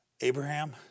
Abraham